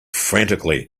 frantically